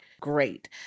great